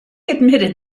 admitted